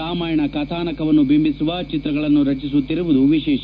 ರಾಮಾಯಣ ಕಥಾನಕವನ್ನು ಬಿಂಬಿಸುವ ಚಿತ್ರಗಳನ್ನು ರಚಿಸುತ್ತಿರುವುದು ವಿಶೇಷ